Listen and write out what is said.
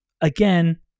again